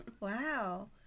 wow